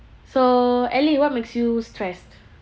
so elly what makes you stressed